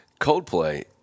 Coldplay